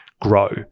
grow